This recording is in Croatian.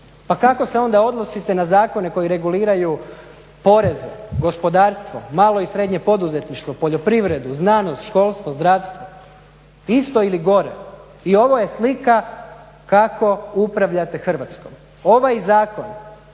Pa kako se onda odnosite na zakone koji reguliraju poreze, gospodarstvo, malo i srednje poduzetništvo, poljoprivredu, znanost, školstvo, zdravstvo? Isto ili gore? I ovo je slika kako upravljate Hrvatskom. Ovaj zakon